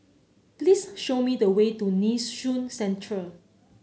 please show me the way to Nee Soon Central